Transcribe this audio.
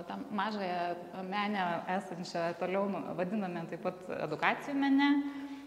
tą mažąją menę esančią toliau vadiname taip pat edukacijų mene